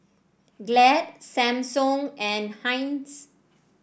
Glad Samsung and Heinz